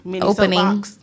opening